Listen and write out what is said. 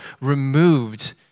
removed